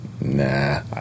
nah